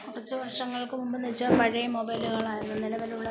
കുറച്ച് വർഷങ്ങൾക്ക് മുമ്പ് എന്ന് വെച്ചാൽ പഴയ മൊബൈലുകളായിരുന്നു നിലവിലുള്ള